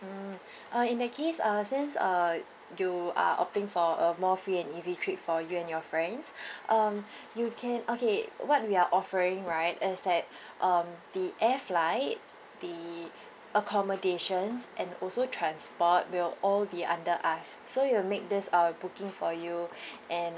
mm uh in that case uh since uh you are opting for a more free and easy trip for you and your friends um you can okay what we are offering right is that um the air flight the accommodations and also transport will all be under us so we'll make this uh booking for you and